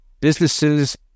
businesses